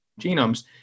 genomes